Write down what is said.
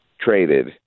traded